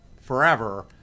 forever